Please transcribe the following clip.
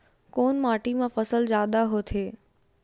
कोन माटी मा फसल जादा होथे?